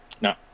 No